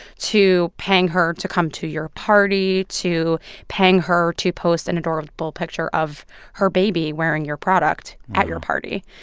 to paying her to come to your party, to paying her to post an adorable picture of her baby wearing your product at your party